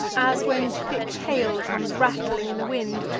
as, when thick hail comes rattling in the wind,